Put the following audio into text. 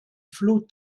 flut